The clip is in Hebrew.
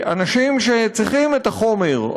שאנשים שצריכים את החומר,